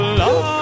love